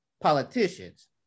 politicians